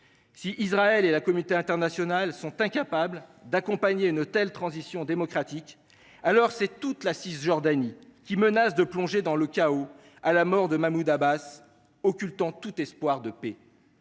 Si Israël et la communauté internationale étaient incapables d’accompagner une telle transition démocratique, alors ce serait toute la Cisjordanie qui menacerait de plonger dans le chaos à la mort de Mahmoud Abbas, occultant tout espoir de paix.